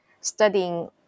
studying